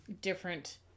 different